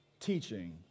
teaching